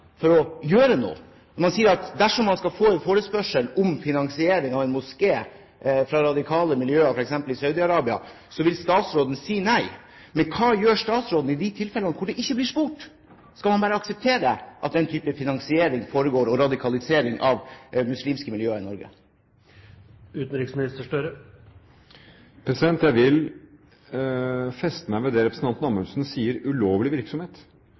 å gjøre noe. Man sier at dersom man får en forespørsel om finansiering av en moské fra radikale miljøer, f.eks. i Saudi-Arabia, vil statsråden si nei. Men hva gjør statsråden i de tilfellene hvor det ikke blir spurt? Skal man bare akseptere at den type finansiering og radikalisering av muslimske miljøer foregår i Norge? Jeg vil feste meg ved det representanten Amundsen sier: ulovlig virksomhet.